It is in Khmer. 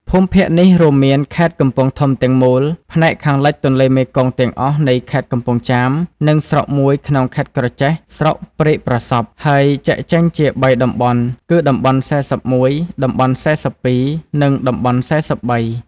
ភូមិភាគនេះរួមមានខេត្តកំពង់ធំទាំងមូល ផ្នែកខាងលិចទន្លេមេគង្គទាំងអស់នៃខេត្តកំពង់ចាម និងស្រុកមួយក្នុង ខេត្តក្រចេះ (ស្រុកព្រែកប្រសប់) ហើយចែកចេញជាបីតំបន់គឺ តំបន់៤១ តំបន់៤២ និង តំបន់៤៣ ។